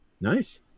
nice